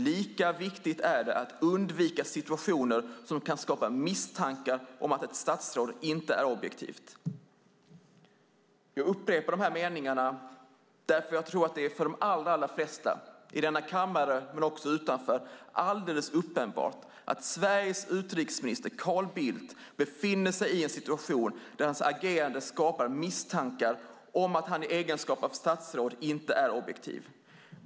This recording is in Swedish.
Lika viktigt är det att undvika situationer som kan skapa misstankar om att ett statsråd inte är objektivt." Jag upprepar dessa meningar därför att jag tror att det för de allra flesta i denna kammare men också utanför är alldeles uppenbart att Sveriges utrikesminister Carl Bildt befinner sig i en situation där hans agerande skapar misstankar om att han i egenskap av statsråd inte är objektiv.